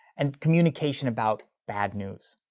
and communication about bad news.